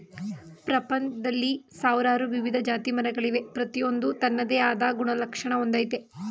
ಪ್ರಪಂಚ್ದಲ್ಲಿ ಸಾವ್ರಾರು ವಿವಿಧ ಜಾತಿಮರಗಳವೆ ಪ್ರತಿಯೊಂದೂ ತನ್ನದೇ ಆದ್ ಗುಣಲಕ್ಷಣ ಹೊಂದಯ್ತೆ